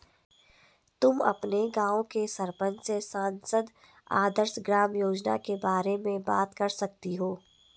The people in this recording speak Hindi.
तुम अपने गाँव के सरपंच से सांसद आदर्श ग्राम योजना के बारे में बात कर सकती हो